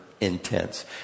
intense